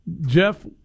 Jeff